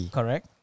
Correct